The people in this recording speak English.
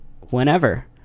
whenever